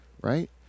right